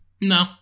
No